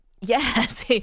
Yes